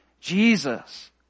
Jesus